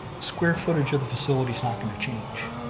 square footage of the facility is not going to change.